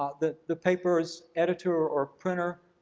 ah the the paper's editor, or printer,